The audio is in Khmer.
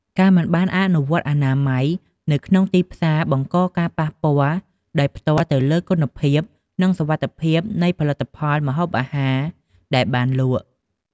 ការមិនបានអនុវត្តអនាម័យនៅក្នុងទីផ្សារបង្កការប៉ះពាល់ដោយផ្ទាល់ទៅលើគុណភាព និងសុវត្ថិភាពនៃផលិតផលម្ហូបអាហារដែលបានលក់។